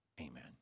Amen